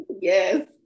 Yes